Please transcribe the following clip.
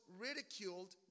ridiculed